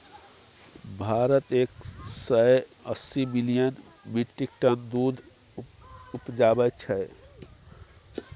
भारत एक सय अस्सी मिलियन मीट्रिक टन दुध उपजाबै छै